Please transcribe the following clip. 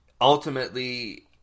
Ultimately